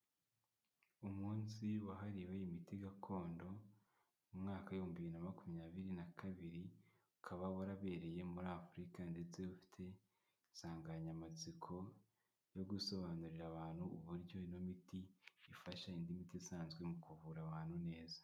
Umunsi wahariwe imiti gakondo, mu mwaka w'ibihumbi bibiri na makumyabiri na kabiri, ukaba warabereye muri Afurika ndetse ufite insanganyamatsiko, yo gusobanurira abantu uburyo miti, ifasha indi miti isanzwe mu kuvura abantu neza.